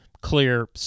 clear